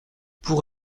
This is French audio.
pour